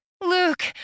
Luke